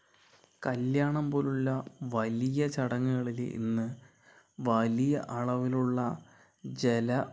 കല്യാണം പോലുള്ള വലിയ ചടങ്ങുകളില് ഇന്ന് വലിയ അളവിലുള്ള ജല